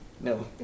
No